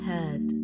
Head